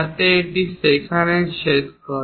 যাতে এটি যেখানেই ছেদ করে